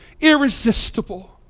irresistible